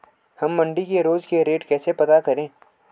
हम मंडी के रोज के रेट कैसे पता करें?